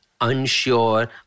unsure